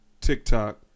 TikTok